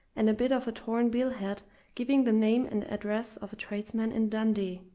and a bit of a torn bill-head giving the name and address of a tradesman in dundee.